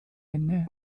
inne